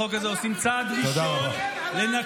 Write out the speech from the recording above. ואנחנו בחוק הזה עושים צעד ראשון לנקות